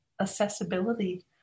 accessibility